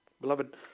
Beloved